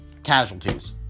casualties